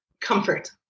comfort